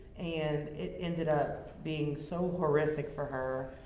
and it ended up being so horrific for her,